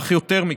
אך יותר מכול,